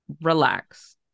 relax